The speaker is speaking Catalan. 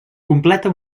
completa